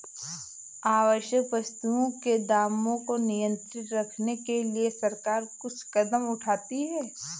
आवश्यक वस्तुओं के दामों को नियंत्रित रखने के लिए सरकार कुछ कदम उठाती है